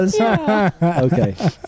okay